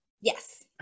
Yes